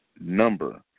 number